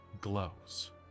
glows